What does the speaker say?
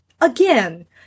again